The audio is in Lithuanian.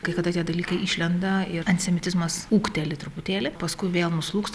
kai kada tie dalykai išlenda ir antisemitizmas ūgteli truputėlį paskui vėl nuslūgsta